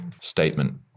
statement